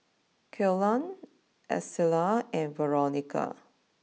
Kellan Estella and Veronica